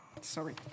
sorry